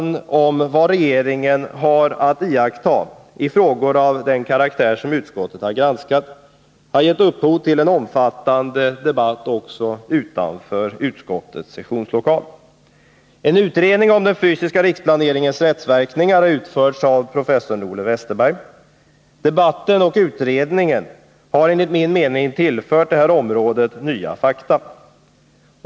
Frågan om vad regeringen har att iaktta i frågor av den karaktär som utskottet granskat har gett upphov till en omfattande debatt också utanför utskottets sessionslokal. En utredning om den fysiska riksplaneringens rättsverkningar har utförts av professorn Ole Westerberg. Debatten och utredningen har enligt min mening tillfört det här området nya fakta.